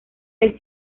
del